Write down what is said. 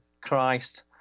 Christ